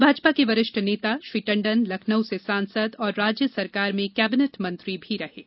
भाजपा के वरिष्ठ नेता श्री टंडन लखनऊ से सांसद और राज्य सरकार में कैबिनेट मंत्री रहे हैं